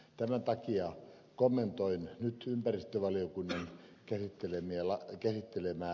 tämän takia kommentoin nyt ympäristövaliokunnan käsittelemää lakiesitystä